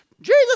Jesus